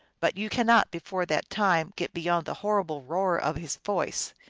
but you cannot before that time get beyond the horrible roar of his voice.